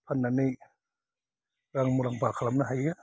फान्नानै रां मुलाम्फा खालामनो हायो